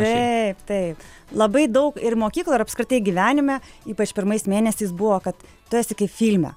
taip taip labai daug ir mokykloj ir apskritai gyvenime ypač pirmais mėnesiais buvo kad tu esi kaip filme